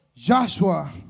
Joshua